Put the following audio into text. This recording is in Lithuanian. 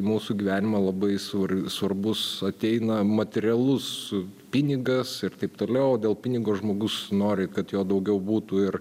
mūsų gyvenimą labai svar svarbus ateina materialus pinigas ir taip toliau o dėl pinigo žmogus nori kad jo daugiau būtų ir